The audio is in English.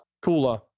cooler